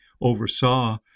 oversaw